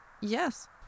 Yes